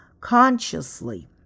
consciously